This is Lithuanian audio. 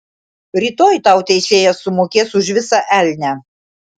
rytoj tau teisėjas sumokės už visą elnią